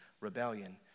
rebellion